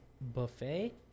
Buffet